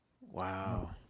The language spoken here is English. wow